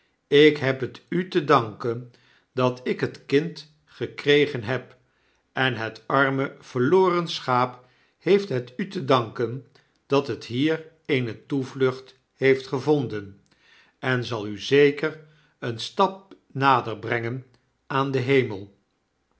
ik heb het u te danken dat ik het kind gekregen heb en het arme verloren schaap heeft het u te danken dat het hier eene toevlucht heeft gevonden en zal u zeker een stap nader brengen aan den hemel